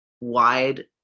wide